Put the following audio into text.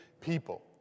people